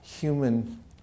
human